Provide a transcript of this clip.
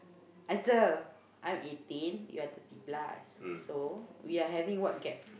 answer I'm eighteen you're thirty plus so we are having what gap